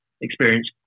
experience